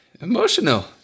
emotional